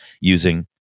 using